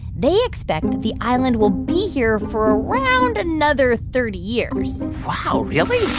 they expect the island will be here for around another thirty years wow, really?